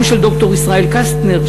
גם של ד"ר ישראל קסטנר,